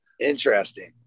Interesting